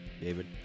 David